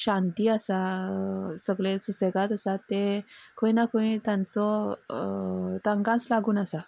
शांती आसा सगले सुशेगाद आसा ते खंय ना खंय तांचो तांकांच लागून आसा